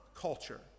culture